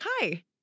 Hi